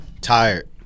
Tired